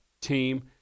team